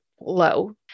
low